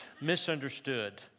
misunderstood